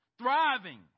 thriving